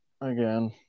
again